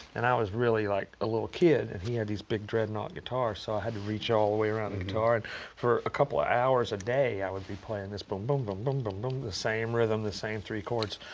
and i was really like a little kid. and he had these big dreadnought guitars. so i had to reach all the way around the guitar. and for a couple of hours a day, i would be playing this boom, boom, boom, boom, boom, boom, the same rhythm, the same three chords.